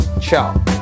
Ciao